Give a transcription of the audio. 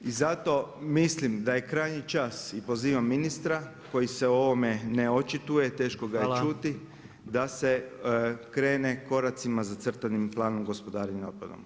I zato mislim da je krajnji čas i pozivam ministra koji se o ovome ne očituje, teško ga je čuti da se krene koracima zacrtanim planom gospodarenja otpadom.